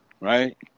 right